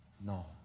No